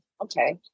okay